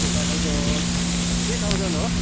तपाईँको three thousand हो